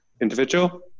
individual